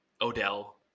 Odell